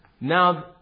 now